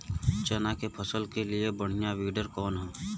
चना के फसल के लिए बढ़ियां विडर कवन ह?